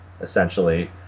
essentially